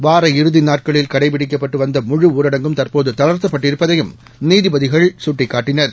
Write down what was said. வார இறுதி நாட்களில் கடைபிடிக்கப்பட்டு வந்த முழுஊரடங்கும் தற்போது தளர்த்தப்பட்டிருப்பதையும் நீதிபதிகள் சுட்டிக்காட்டினர்